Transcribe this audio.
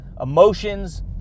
emotions